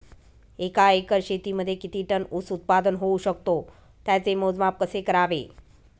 एका एकर शेतीमध्ये किती टन ऊस उत्पादन होऊ शकतो? त्याचे मोजमाप कसे करावे?